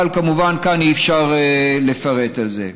אבל כמובן כאן אי-אפשר לפרט על זה.